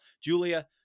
Julia